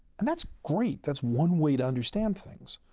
and that's great, that's one way to understand things.